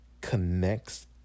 connects